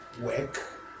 work